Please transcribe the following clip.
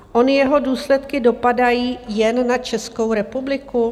Ony jeho důsledky dopadají jen na Českou republiku?